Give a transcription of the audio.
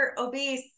obese